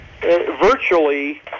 virtually